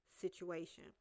situation